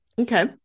Okay